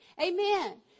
Amen